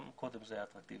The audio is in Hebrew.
גם קודם זה היה אטרקטיבי.